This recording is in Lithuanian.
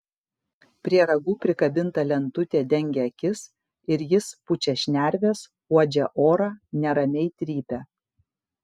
prie ragų prikabinta lentutė dengia akis ir jis pučia šnerves uodžia orą neramiai trypia